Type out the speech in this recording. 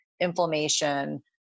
inflammation